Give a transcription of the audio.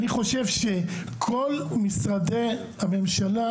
אני חושב שכל משרדי הממשלה